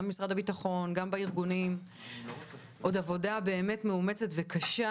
גם במשרד הביטחון וגם בארגונים עוד עבודה באמת מאומצת וקשה